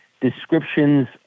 descriptions